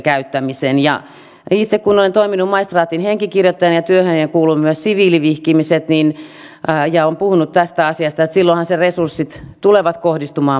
itse kun olen toiminut maistraatin henkikirjoittajana ja työhöni kuuluivat myös siviilivihkimiset olen puhunut tästä asiasta että silloinhan ne resurssit tulevat kohdistumaan maistraattiin